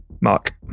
Mark